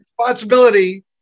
Responsibility